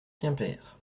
quimper